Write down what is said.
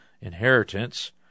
inheritance